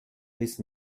bis